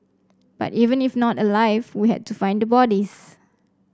but even if not alive we had to find the bodies